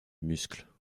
muscles